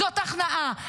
זאת הכנעה.